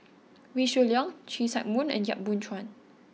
Wee Shoo Leong See Chak Mun and Yap Boon Chuan